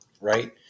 Right